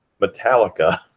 Metallica